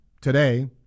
today